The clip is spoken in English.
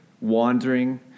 wandering